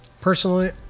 personally